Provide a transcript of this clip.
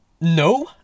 No